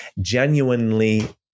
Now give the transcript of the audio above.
genuinely